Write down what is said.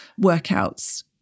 workouts